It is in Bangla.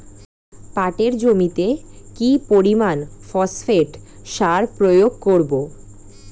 পাটের জমিতে কি পরিমান ফসফেট সার প্রয়োগ করব?